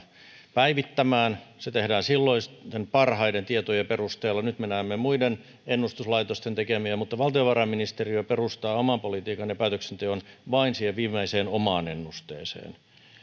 päivittämään se tehdään silloisten parhaiden tietojen perusteella nyt me näemme muiden ennustuslaitosten tekemiä mutta valtiovarainministeriö perustaa oman politiikan ja päätöksenteon vain siihen viimeiseen omaan ennusteeseensa